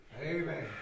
Amen